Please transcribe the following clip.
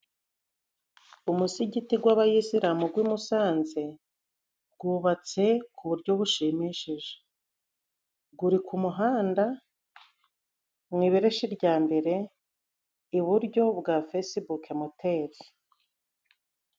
Umusigiti gw'Abayisilamu gw'i Musanze gwubatse ku buryo bushimishije. Guri ku muhanda mu ibereshi rya mbere, iburyo bwa Feyisibuku moteri.